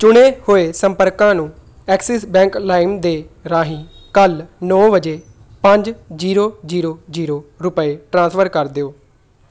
ਚੁਣੇ ਹੋਏ ਸੰਪਰਕਾਂ ਨੂੰ ਐਕਸਿਸ ਬੈਂਕ ਲਾਇਮ ਦੇ ਰਾਹੀਂ ਕੱਲ੍ਹ ਨੌ ਵਜੇ ਪੰਜ ਜੀਰੋ ਜੀਰੋ ਜੀਰੋ ਰੁਪਏ ਟ੍ਰਾਂਸਫਰ ਕਰ ਦਿਓ